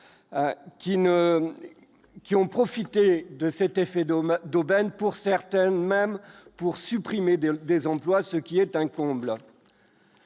qui ont profité de cet effet d'hommes d'aubaine pour certaines, même pour supprimer 2 des emplois, ce qui est un comble